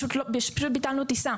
ביטלנו טיסה